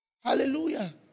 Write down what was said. Hallelujah